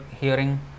hearing